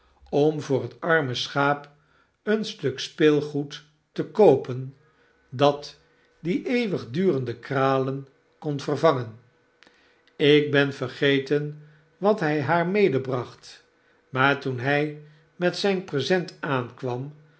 om voor het arme schaap een stuk speelgoed te koopen dat die eeuwigdurende kralen konvervangen ik ben vergeten wat hij haar medebracht maar toen hij met zijn present aankwam